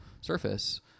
surface